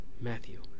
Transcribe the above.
Matthew